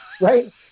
Right